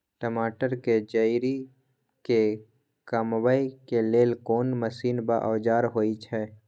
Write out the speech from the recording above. टमाटर के जईर के कमबै के लेल कोन मसीन व औजार होय छै?